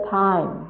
time